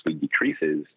decreases